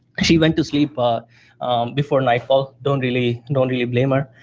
she went to sleep but before nightfall, don't really and don't really blame her,